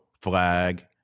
flag